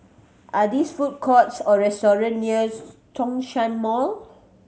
are these food courts or restaurants near Zhongshan Mall